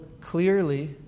clearly